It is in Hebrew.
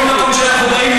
שלכל מקום שאנחנו באים,